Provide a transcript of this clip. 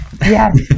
yes